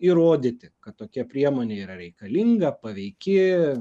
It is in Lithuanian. įrodyti kad tokia priemonė yra reikalinga paveiki